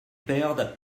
perdent